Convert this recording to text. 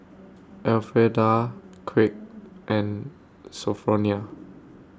Elfreda Kraig and Sophronia